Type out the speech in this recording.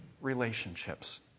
relationships